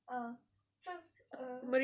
ah cause err